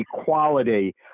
equality